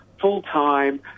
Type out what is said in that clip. full-time